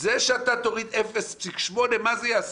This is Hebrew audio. זה שאתה תוריד ל-0.8, מה זה יעשה?